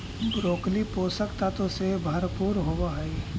broccoli पोषक तत्व से भरपूर होवऽ हइ